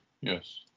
Yes